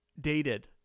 dated